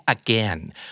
again